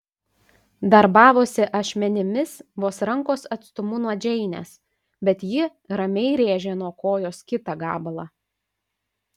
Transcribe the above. darbavosi ašmenimis vos rankos atstumu nuo džeinės bet ji ramiai rėžė nuo kojos kitą gabalą